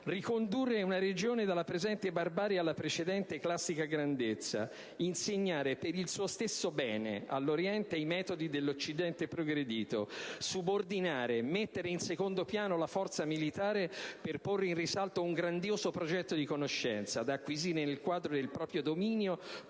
«Ricondurre una regione dalla presente barbarie alla precedente classica grandezza, insegnare per il suo stesso bene all'Oriente i metodi dell'Occidente progredito, subordinare e mettere in secondo piano la forza militare per porre in risalto un grandioso progetto di conoscenza da acquisire nel quadro del proprio dominio